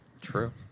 True